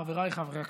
חבריי חברי הכנסת,